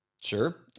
Sure